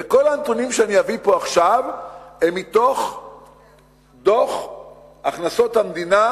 וכל הנתונים שאני אביא פה עכשיו הם מתוך דוח הכנסות המדינה